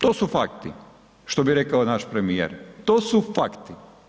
To su fakti, što bi rekao naš premijer, to su fakti.